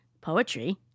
poetry